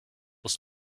was